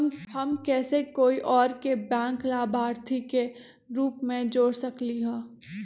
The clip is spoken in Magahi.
हम कैसे कोई और के बैंक लाभार्थी के रूप में जोर सकली ह?